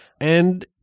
And-